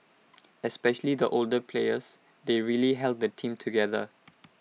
especially the older players they really held the team together